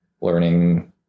learning